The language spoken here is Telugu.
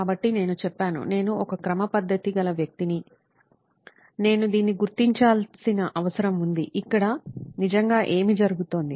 కాబట్టి నేను చెప్పాను నేను ఒక క్క్రమపద్దతి గల వ్యక్తిని వ్యక్తిని నేను దీన్ని గుర్తించాల్సిన అవసరం ఉంది ఇక్కడ నిజంగా ఏమి జరుగుతోంది